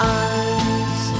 eyes